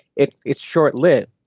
it's it's short lived.